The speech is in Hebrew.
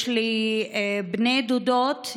יש לי בני דודות,